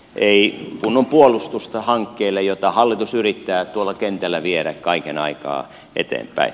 ei ole kunnon puolustusta hankkeelle jota hallitus yrittää tuolla kentällä viedä kaiken aikaa eteenpäin